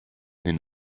den